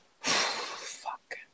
Fuck